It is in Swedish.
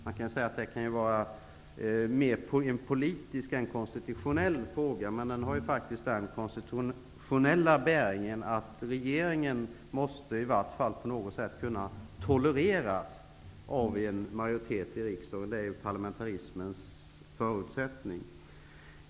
Man kan säga att detta är mer en politisk än en konstitutionell fråga, men den har den konstitutionella bäringen att regeringen på något sätt måste kunna tolereras av en majoritet i riksdagen. Det är förutsättningen för parlamentarismen.